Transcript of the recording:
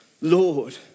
Lord